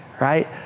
right